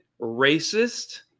racist